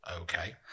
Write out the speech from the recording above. okay